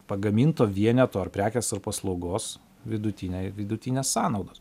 pagaminto vieneto ar prekės ar paslaugos vidutiniai vidutinės sąnaudos